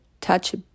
touch